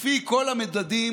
לפי כל המדדים,